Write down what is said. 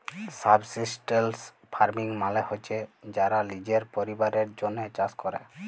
subsistence farming মালে হছে যারা লিজের পরিবারের জ্যনহে চাষ ক্যরে